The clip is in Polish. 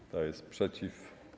Kto jest przeciw?